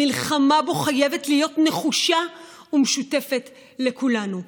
המלחמה בו חייבת להיות נחושה ומשותפת לכולנו.